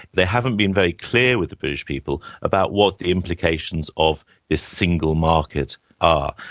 they haven't been very clear with the british people about what the implications of this single market are.